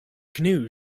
canoe